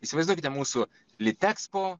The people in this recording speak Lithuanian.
įsivaizduokite mūsų litekspo